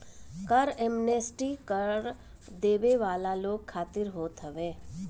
कर एमनेस्टी कर देवे वाला लोग खातिर होत हवे